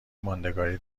ماندگاری